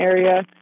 area